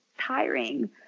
tiring